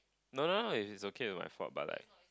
no no no is okay if its my fault but like